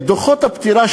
את דוחות הפטירה,